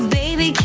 baby